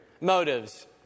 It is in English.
motives